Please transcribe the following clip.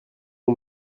aux